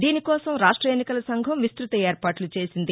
దీనికోసం రాష్ట్ర ఎన్నికల సంఘం విస్తృత ఏర్పాట్ల చేసింది